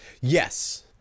Yes